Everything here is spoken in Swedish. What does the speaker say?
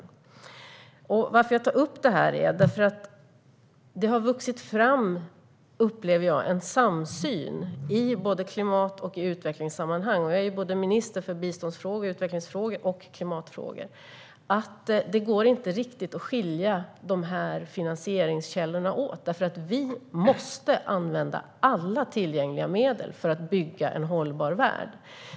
Skälet till att jag tar upp detta är att jag upplever att det i klimat och utvecklingssammanhang - jag är minister för både bistånds och utvecklingsfrågor och klimatfrågor - har vuxit fram en samsyn om att det inte riktigt går att skilja dessa finansieringskällor åt. Vi måste använda alla tillgängliga medel för att bygga en hållbar värld.